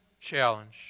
challenge